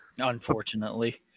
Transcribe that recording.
Unfortunately